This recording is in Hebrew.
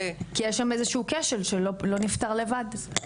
כי יש שם כשל מסוים שלא נפתר לבד.